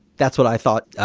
that's what i thought,